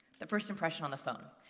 the first impression on the phone.